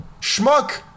schmuck